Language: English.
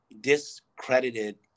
discredited